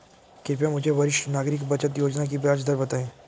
कृपया मुझे वरिष्ठ नागरिक बचत योजना की ब्याज दर बताएं